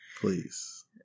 please